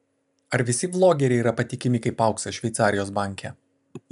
ar visi vlogeriai yra patikimi kaip auksas šveicarijos banke